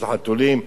של חתולים,